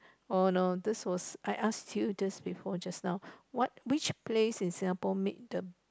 oh no this was I ask you just before just now what which place in Singapore made the